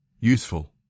useful